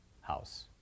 house